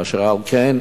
אשר על כן,